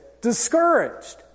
discouraged